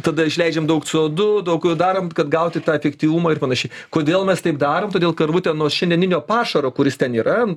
tada išleidžiam daug co du daug darom kad gauti tą efektyvumą ir panašiai kodėl mes taip darom todėl karvutė nuo šiandieninio pašaro kuris ten yra nu